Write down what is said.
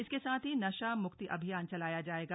इसके साथ ही नशा मुक्ति अभियान चलाया जाएगा